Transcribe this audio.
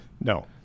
No